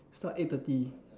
start eight thirty